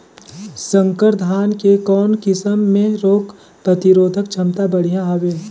संकर धान के कौन किसम मे रोग प्रतिरोधक क्षमता बढ़िया हवे?